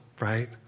right